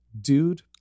Dude